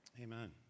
Amen